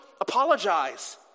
apologize